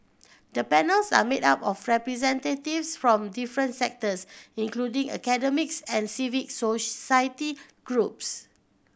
the panels are made up of representatives from different sectors including academics and civic society groups